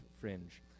Fringe